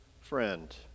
friend